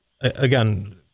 Again